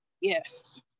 Yes